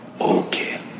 Okay